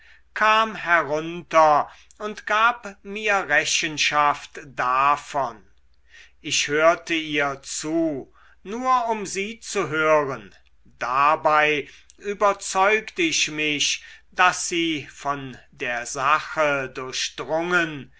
kam herunter und gab mir rechenschaft davon ich hörte ihr zu nur um sie zu hören dabei überzeugt ich mich daß sie von der sache durchdrungen